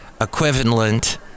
Equivalent